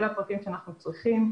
אלה הפרטים שאנחנו צריכים,